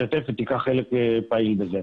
ותיקח חלק פעיל בזה.